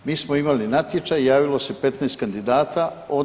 Mi smo imali natječaj, javilo se 15 kandidata.